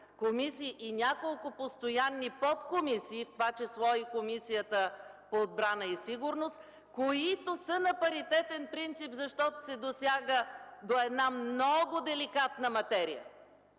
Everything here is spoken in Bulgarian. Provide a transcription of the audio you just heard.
комисии и няколко постоянни подкомисии, в това число и Комисията по външна политика и отбрана, които са на паритетен принцип, защото се досяга до една много деликатна материя,